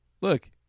Look